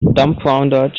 dumbfounded